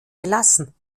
belassen